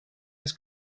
his